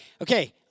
Okay